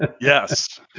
yes